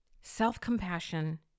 Self-compassion